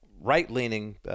right-leaning